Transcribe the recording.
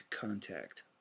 Contact